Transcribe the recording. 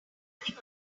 landing